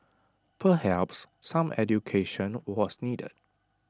perhaps some education was needed